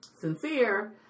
sincere